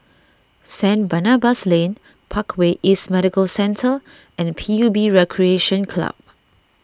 Saint Barnabas Lane Parkway East Medical Centre and P U B Recreation Club